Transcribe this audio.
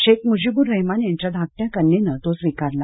शेख मुजीबूर रेहमान यांच्या धाकट्या मुलीनं तो स्वीकारला